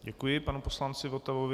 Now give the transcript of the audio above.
Děkuji panu poslanci Votavovi.